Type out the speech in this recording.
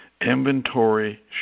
inventory